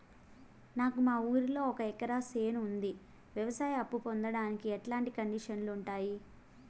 నాకు మా ఊరిలో ఒక ఎకరా చేను ఉంది, వ్యవసాయ అప్ఫు పొందడానికి ఎట్లాంటి కండిషన్లు ఉంటాయి?